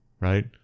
right